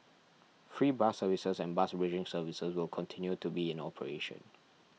free bus services and bus bridging services will continue to be in operation